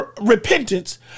repentance